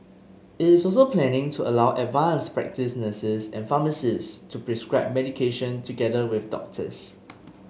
it is also planning to allow advanced practice nurses and pharmacists to prescribe medication together with doctors